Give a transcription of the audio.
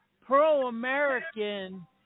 pro-American